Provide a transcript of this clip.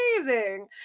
amazing